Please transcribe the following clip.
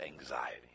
anxiety